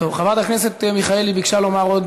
חברת הכנסת מיכאלי ביקשה לומר עוד